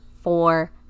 four